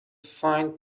find